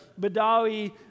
Badawi